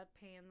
paying